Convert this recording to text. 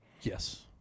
yes